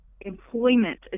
employment